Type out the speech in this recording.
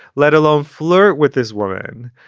let alone flirt with this woman,